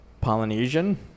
Polynesian